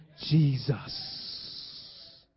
Jesus